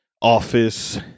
office